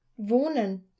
Wohnen